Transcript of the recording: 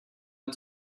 out